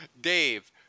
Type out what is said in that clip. Dave